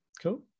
Cool